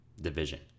division